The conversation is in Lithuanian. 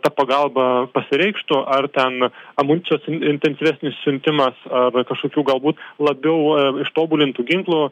ta pagalba pasireikštų ar ten amunicijos intensyvesnis siuntimas arba kažkokių galbūt labiau ištobulintų ginklų